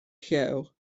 llew